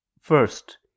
First